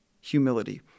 humility